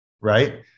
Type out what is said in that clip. right